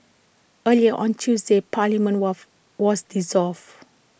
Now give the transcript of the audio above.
earlier on Tuesday parliament was was dissolved